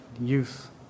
youth